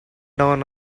down